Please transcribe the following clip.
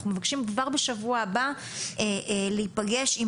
אנחנו מבקשים כבר בשבוע הבא להיפגש עם